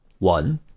One